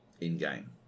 in-game